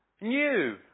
new